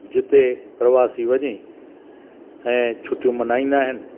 जिते प्रवासी वञी ऐं छुटियूं मल्हाईंदा आहिनि